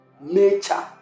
Nature